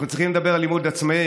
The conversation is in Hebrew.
אנחנו צריכים לדבר על לימוד עצמאי,